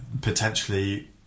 potentially